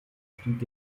stieg